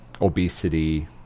obesity